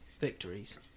victories